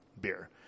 beer